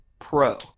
pro